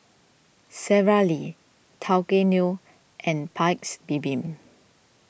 Sara Lee Tao Kae Noi and Paik's Bibim